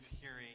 hearing